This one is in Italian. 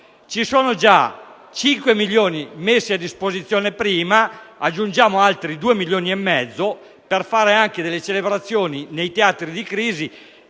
ci sono già 5 milioni di euro messi a disposizione e aggiungiamo altri 2,5 milioni di euro per fare anche delle celebrazioni nei teatri di crisi.